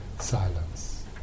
silence